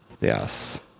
Yes